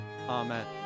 amen